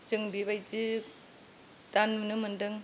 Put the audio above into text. जों बेबायदि दा नुनो मोनदों